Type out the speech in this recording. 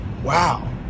Wow